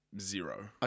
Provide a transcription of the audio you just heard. zero